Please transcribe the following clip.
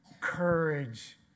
courage